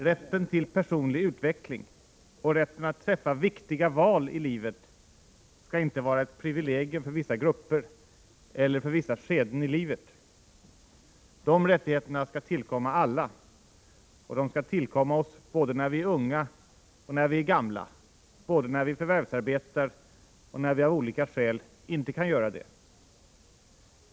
Rätten till personlig utveckling och rätten att träffa viktiga val i livet skall inte vara ett privilegium för vissa grupper eller för vissa skeden i livet. De rättigheterna skall tillkomma alla, och de skall tillkomma oss både när vi är unga och när vi är gamla, både när vi förvärvsarbetar och när vi av olika skäl inte kan göra det.